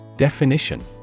Definition